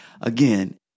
again